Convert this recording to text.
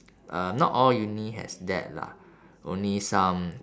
uh not all uni has that lah only some